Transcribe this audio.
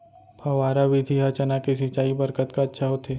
फव्वारा विधि ह चना के सिंचाई बर कतका अच्छा होथे?